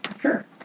Sure